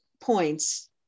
points